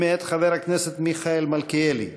היא מאת חבר הכנסת מיכאל מלכיאלי.